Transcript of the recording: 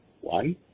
One